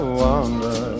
wander